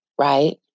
Right